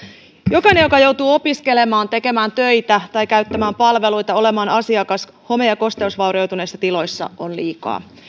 jokainen joka joutuu opiskelemaan tekemään töitä tai käyttämään palveluita olemaan asiakas home ja kosteusvaurioituneissa tiloissa on liikaa